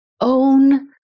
own